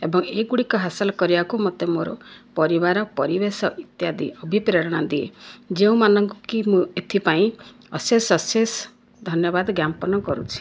ଏବଂ ଏହିଗୁଡ଼ିକୁ ହାସଲ କରିବାକୁ ମୋତେ ମୋର ପରିବାର ପରିବେଶ ଇତ୍ୟାଦି ଅଭିପ୍ରେରଣା ଦିଏ ଯେଉଁମାନଙ୍କୁ କି ମୁଁ ଏଥିପାଇଁ ଅଶେଷ ଅଶେଷ ଧନ୍ୟବାଦ ଜ୍ଞାପନ କରୁଛି